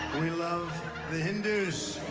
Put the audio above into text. we love the hindus.